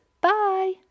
bye